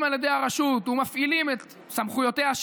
על ידי הרשויות ומפעילים את סמכויותיה,